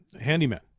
Handyman